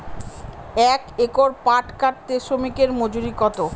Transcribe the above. এক একর পাট কাটতে শ্রমিকের মজুরি কত?